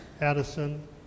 Addison